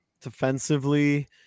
Defensively